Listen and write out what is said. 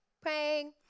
praying